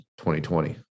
2020